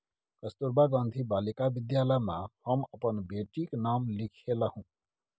कस्तूरबा गांधी बालिका विद्यालय मे हम अपन बेटीक नाम लिखेलहुँ